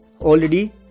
already